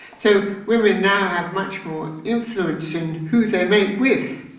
so women now have much more influence in who they mate with,